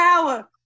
power